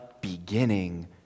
beginning